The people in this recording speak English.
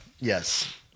Yes